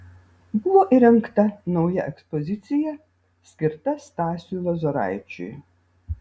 buvo įrengta nauja ekspozicija skirta stasiui lozoraičiui